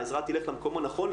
העזרה תלך למקום הנכון,